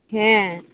হ্যাঁ